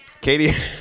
Katie